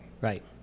right